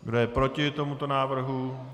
Kdo je proti tomuto návrhu?